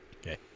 Okay